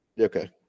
okay